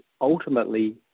ultimately